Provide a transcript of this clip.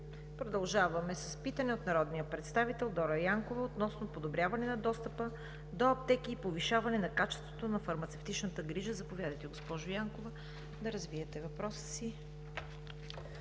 Продължаваме с питане от народния представител Дора Янкова относно подобряване на достъпа до аптеки и повишаване на качеството на фармацевтичната грижа. Заповядайте, госпожо Янкова, да развиете въпроса си.